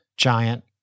giant